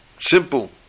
simple